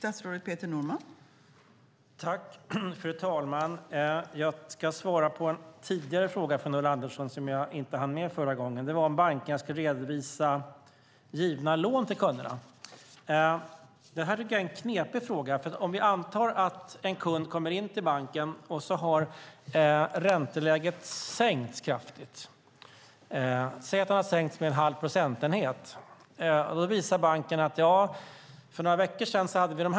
Fru talman! Jag ska svara på en tidigare fråga från Ulla Andersson som jag inte hann med förra gången. Det var om bankerna ska redovisa givna lån till kunderna. Det här tycker jag är en knepig fråga. Vi kan anta att en kund kommer in till banken, och så har räntan sänkts kraftigt. Säg att den har sänkts med en halv procentenhet! Då visar banken vilka lån man hade för några veckor sedan.